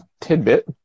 tidbit